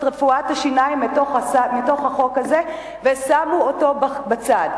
רפואת השיניים מתוך החוק הזה ושמו אותה בצד?